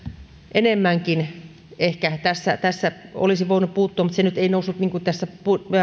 enemmänkin ehkä tässä tässä olisi voinut tähän puuttua mutta se nyt ei noussut tässä